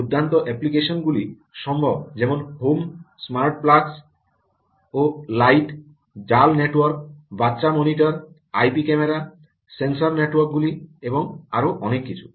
দুর্দান্ত অ্যাপ্লিকেশন গুলি সম্ভব যেমন হোম স্মার্ট প্লাগস ও লাইট জাল নেটওয়ার্ক বাচ্চা monitor IP camera sensor network গুলি এবং আরও অনেক কিছু